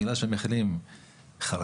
בגלל שהם מכילים חרקים